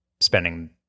spending